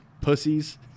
Pussies